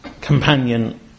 companion